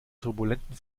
turbulenten